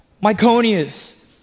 Myconius